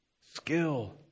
skill